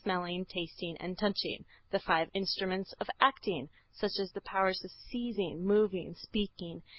smelling, tasting and touching the five instruments of action, such as the powers of seizing, moving, speaking,